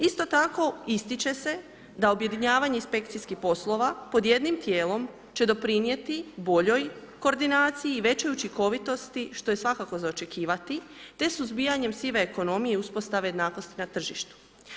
Isto tako ističe se da objedinjavanje inspekcijskih poslova pod jednim tijelom će doprinijeti boljoj koordinaciji i većoj učinkovitosti, što je svakako za očekivati, te suzbijanjem sive ekonomije i uspostave jednakosti na tržištu.